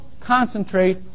concentrate